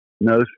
no